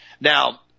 Now